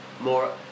more